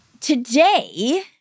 Today